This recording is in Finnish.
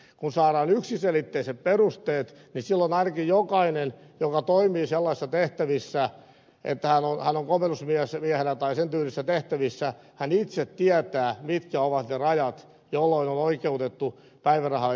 kun saadaan yksiselitteiset perusteet niin silloin ainakin jokainen joka toimii sellaisissa tehtävissä että hän on komennusmiehenä tai sen tyylisissä tehtävissä itse tietää mitkä ovat ne rajat milloin on oikeutettu päivärahaan ja milloin ei